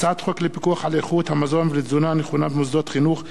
הצעת חוק לפיקוח על איכות המזון ולתזונה נכונה במוסדות חינוך,